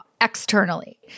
externally